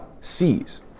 sees